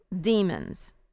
demons